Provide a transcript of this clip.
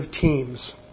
teams